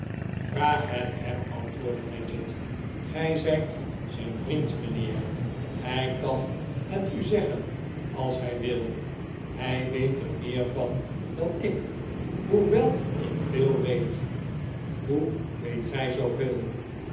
vraag het h e m antwoordde nadgett gij zijt zijn vriend mijnheer hij kan het u zeggen als hij wil hij weet er meer van dan ik hoewel ikveel weet r hoe weet gij zooveel